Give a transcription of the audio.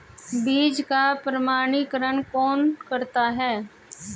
बीज का प्रमाणीकरण कौन करता है?